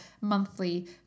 monthly